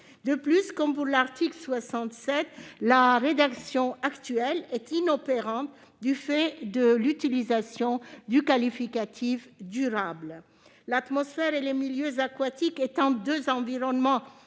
De plus, comme pour l'article 67, la rédaction actuelle est inopérante du fait de l'utilisation du qualificatif « durable ». L'atmosphère et les milieux aquatiques étant deux environnements